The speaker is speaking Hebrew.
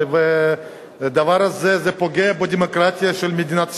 והדבר פוגע בדמוקרטיה של מדינת ישראל.